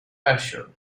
ashore